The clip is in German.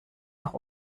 noch